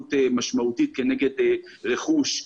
לאלימות משמעותית כנגד רכוש.